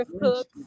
cook